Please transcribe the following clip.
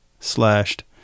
slashed